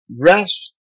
rest